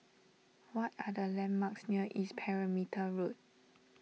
what are the landmarks near East Perimeter Road